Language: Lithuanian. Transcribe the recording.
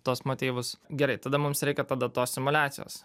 tuos motyvus gerai tada mums reikia tada tos simuliacijos